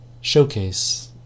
showcase